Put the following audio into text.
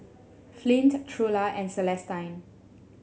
Flint Trula and Celestine